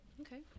Okay